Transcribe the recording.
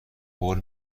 قول